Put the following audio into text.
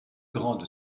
grande